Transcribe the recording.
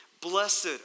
Blessed